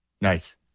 nice